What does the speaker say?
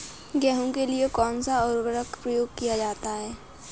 गेहूँ के लिए कौनसा उर्वरक प्रयोग किया जाता है?